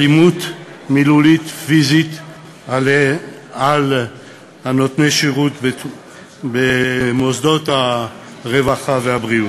אלימות מילולית ופיזית כלפי נותני השירות במוסדות הרווחה והבריאות.